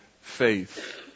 faith